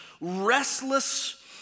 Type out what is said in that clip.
restless